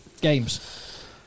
Games